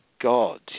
God